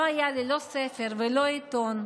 לא היו לי לא ספר ולא עיתון.